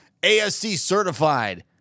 ASC-certified